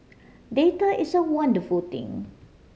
data is a wonderful thing